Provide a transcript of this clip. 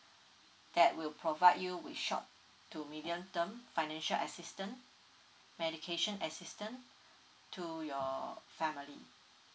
that will provide you with short to medium term financial assistant medication assistant to your family